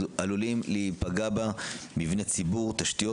עלולים להיפגע בה מבני ציבור ותשתיות